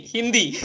Hindi